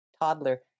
toddler